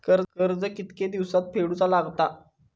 कर्ज कितके दिवसात फेडूचा लागता?